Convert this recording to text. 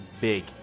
big